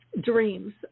dreams